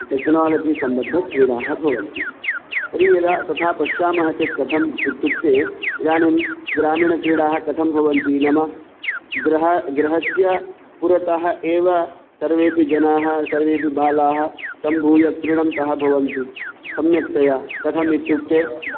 technology सम्बद्धक्रीडाः भवन्ति तर्हि यदा तथा पश्यामः चेत् कथम् इत्युक्ते इदानीं ग्रामीणक्रीडाः कथं भवन्ति नाम गृह गृहस्य पुरतः एव सर्वेपि जनाः सर्वेपि बालाः सम्भूय क्रीडन्तः भवन्ति सम्यक्तया कथम् इत्युक्ते